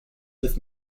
with